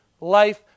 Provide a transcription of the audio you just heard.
life